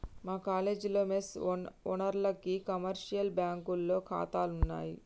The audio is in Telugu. మా కాలేజీలో మెస్ ఓనర్లకి కమర్షియల్ బ్యాంకులో ఖాతాలున్నయ్